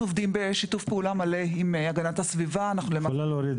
אנחנו בהחלט עובדים בשיתוף פעולה מלא עם האגף לאסבסט במשרד להגנת